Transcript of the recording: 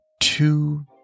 two